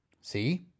See